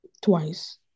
Twice